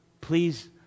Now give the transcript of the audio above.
Please